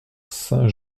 saint